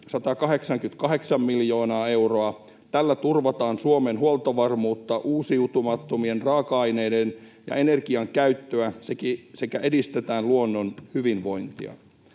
188 miljoonaa euroa. Tällä turvataan Suomen huoltovarmuutta, uusiutumattomien raaka-aineiden ja energian käyttöä sekä edistetään luonnon hyvinvointia.